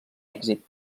èxit